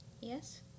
Yes